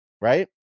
Right